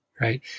right